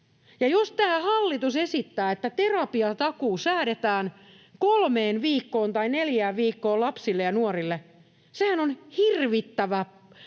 Jos tämä hallitus esittää, että terapiatakuu säädetään kolmeen viikkoon tai neljään viikkoon lapsille ja nuorille, sehän on hirvittävä